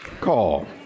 call